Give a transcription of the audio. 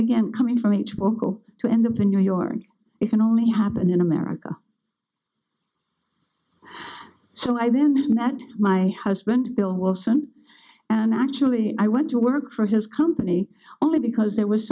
again coming from each vocal to end up in new york it can only happen in america so i then met my husband bill wilson and actually i went to work for his company only because there was